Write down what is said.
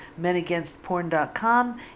menagainstporn.com